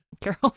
Carol